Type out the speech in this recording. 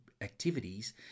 activities